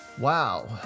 Wow